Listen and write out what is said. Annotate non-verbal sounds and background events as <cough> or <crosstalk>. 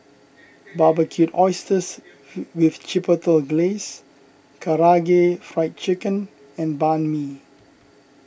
Barbecued Oysters <noise> with Chipotle Glaze Karaage Fried Chicken and Banh Mi